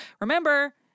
Remember